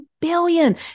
Billion